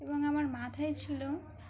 এবং আমার মাথায় ছিল